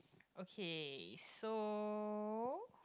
okay so